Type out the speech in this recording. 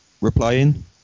replying